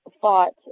fought